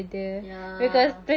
ya